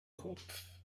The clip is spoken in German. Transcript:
kopf